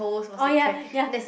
oh ya ya